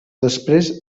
després